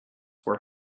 were